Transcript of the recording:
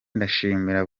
ndashimira